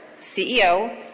CEO